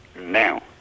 Now